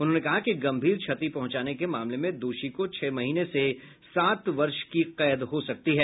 उन्होंने कहा कि गंभीर क्षति पहुंचाने के मामले में दोषी को छह महीने से सात वर्ष की कैद हो सकती है